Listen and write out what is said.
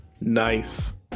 Nice